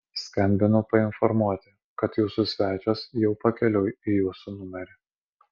skambinu painformuoti kad jūsų svečias jau pakeliui į jūsų numerį